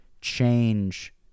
change